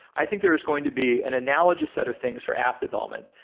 i think there's going to be an analogy set of things for app development,